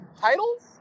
titles